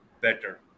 better